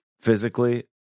physically